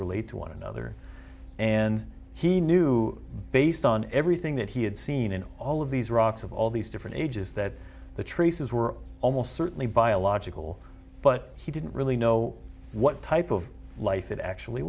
relate to one another and he knew based on everything that he had seen in all of these rocks of all these different ages that the traces were almost certainly biological but he didn't really know what type of life it actually